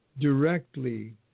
directly